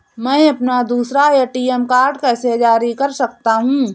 मैं अपना दूसरा ए.टी.एम कार्ड कैसे जारी कर सकता हूँ?